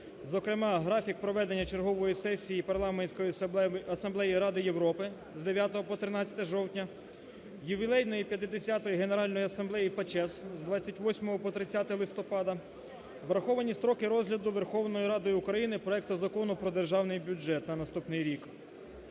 Зокрема, графік проведення чергової сесії Парламентської асамблеї Ради Європи з 9 по 13 жовтня, ювілейної 50-ї Генеральної асамблеї ПАЧЕС з 28 по 30 листопада. Враховані строки розгляду Верховною Радою України проекту Закону про Державний бюджет на наступний рік.